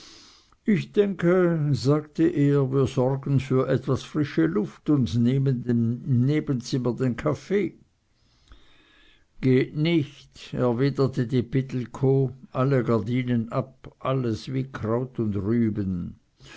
ich denke sagte er wir sorgen für etwas frische luft und nehmen im nebenzimmer den kaffee geht nich erwiderte die pittelkow alle gardinen ab alles wie kraut und rüben